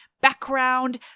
background